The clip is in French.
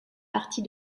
partie